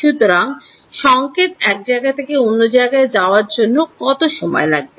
সুতরাং সংকেত এক জায়গা থেকে অন্য জায়গায় যাওয়ার জন্য কত সময় লাগবে